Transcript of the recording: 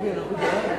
נתקבלו.